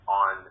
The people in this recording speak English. on